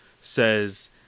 says